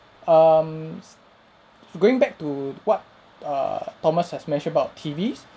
um s~ going back to what err thomas has mentioned about T_Vs